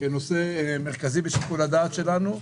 כנושא מרכזי בשיקול הדעת שלנו,